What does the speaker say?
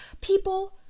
people